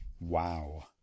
Wow